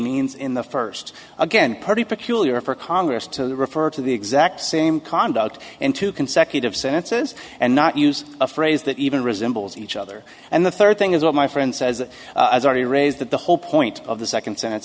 means in the first again pretty peculiar for congress to refer to the exact same conduct in two consecutive sentences and not use a phrase that even resembles each other and the third thing is what my friend says has already raised that the whole point of the second sen